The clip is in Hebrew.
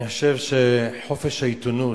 אני חושב שחופש העיתונות,